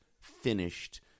finished